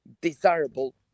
desirable